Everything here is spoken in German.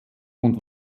und